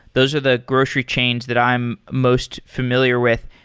those are the grocery chains that i'm most familiar with.